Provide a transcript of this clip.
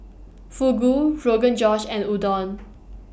Fugu Rogan Josh and Udon